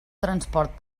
transport